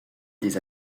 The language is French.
des